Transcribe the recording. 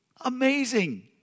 Amazing